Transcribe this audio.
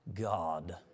God